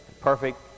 perfect